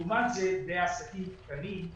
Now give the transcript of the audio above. לעומת זה בעסקים קטנים,